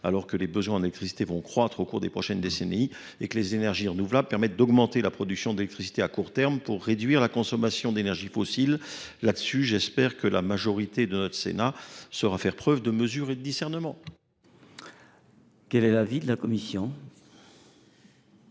alors que les besoins en électricité vont croître au cours des prochaines décennies et que les énergies renouvelables permettent d’augmenter la production d’électricité à court terme pour réduire la consommation d’énergie fossile. J’espère que le Sénat saura faire preuve de mesure et de discernement sur ces amendements. Quel est l’avis de la commission